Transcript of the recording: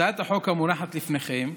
הצעת החוק המונחת לפניכם,